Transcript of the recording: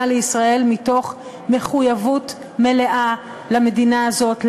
לישראל מתוך מחויבות מלאה למדינה הזאת,